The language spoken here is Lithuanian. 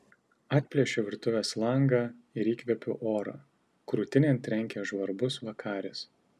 atplėšiu virtuvės langą ir įkvepiu oro krūtinėn trenkia žvarbus vakaris